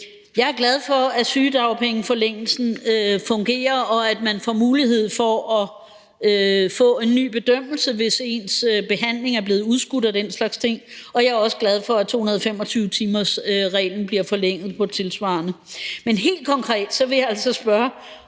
Jeg er glad for, at forlængelsen af sygedagpengene fungerer, og at man får mulighed for at få en ny bedømmelse, hvis ens behandling er blevet udskudt og den slags ting, og jeg er også glad for, at 12-månedersperioden i 225-timersreglen bliver forlænget tilsvarende. Men helt konkret vil jeg altså spørge